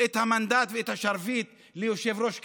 את המנדט ואת השרביט ליושב-ראש קבוע?